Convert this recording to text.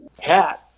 hat